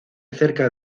cerca